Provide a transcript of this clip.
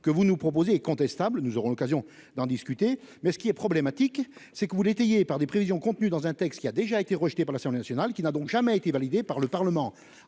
que vous nous proposez est contestable. Nous aurons l'occasion d'en discuter mais ce qui est problématique, c'est que vous l'par des prévisions contenues dans un texte qui a déjà été rejeté par l'Assemblée nationale qui n'a donc jamais été validée par le Parlement.